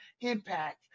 impact